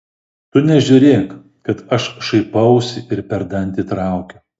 tu nežiūrėk kad aš šaipausi ir per dantį traukiu